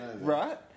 right